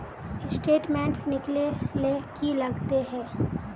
Statement निकले ले की लगते है?